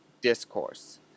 discourse